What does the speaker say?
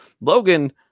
Logan